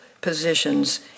positions